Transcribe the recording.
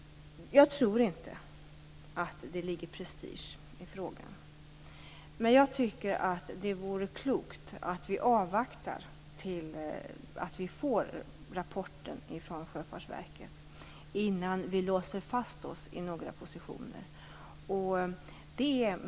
Jag tror inte att det ligger prestige i frågan. Men jag tycker att det vore klokt om vi avvaktar tills vi får rapporten från Sjöfartsverket innan vi låser fast oss i några positioner.